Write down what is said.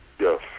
Yes